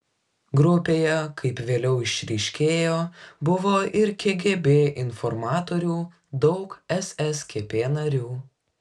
grupėje kaip vėliau išryškėjo buvo ir kgb informatorių daug sskp narių